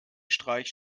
streicht